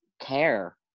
care